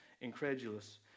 incredulous